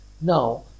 Now